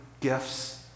gifts